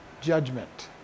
judgment